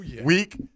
week